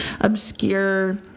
obscure